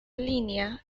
línea